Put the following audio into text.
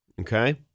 Okay